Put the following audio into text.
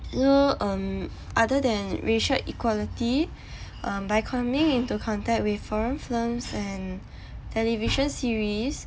you know um other than racial equality by coming into contact with foreign films and television series